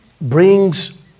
brings